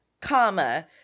comma